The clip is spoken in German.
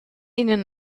ihnen